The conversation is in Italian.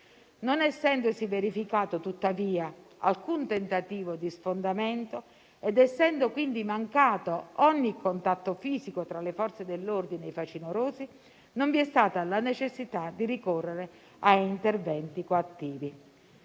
Non essendosi verificato, tuttavia, alcun tentativo di sfondamento ed essendo quindi mancato ogni contatto fisico tra le Forze dell'ordine e i facinorosi, non vi è stata la necessità di ricorrere a interventi coattivi.